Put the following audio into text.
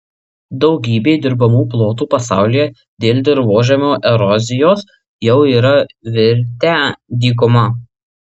daugybė dirbamų plotų pasaulyje dėl dirvožemio erozijos jau yra virtę dykuma